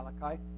Malachi